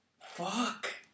Fuck